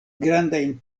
grandajn